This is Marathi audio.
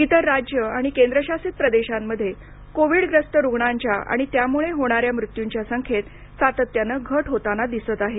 इतर राज्य आणि केंद्रशासित प्रदेशांमध्ये कोविड्ग्रस्त रुग्णांच्या आणि त्यामुळे होणाऱ्या मृत्यूंच्या संख्येत सातत्यानं घट होताना दिसत आहे